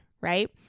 right